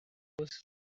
was